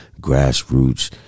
grassroots